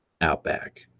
Outback